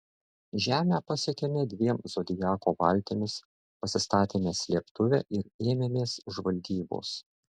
žemę pasiekėme dviem zodiako valtimis pasistatėme slėptuvę ir ėmėmės žvalgybos